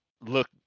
look